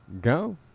Go